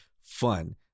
fun